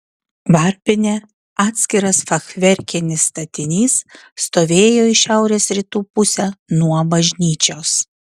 varpinė atskiras fachverkinis statinys stovėjo į šiaurės rytų pusę nuo bažnyčios